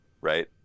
right